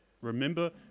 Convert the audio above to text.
Remember